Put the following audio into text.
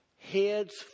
heads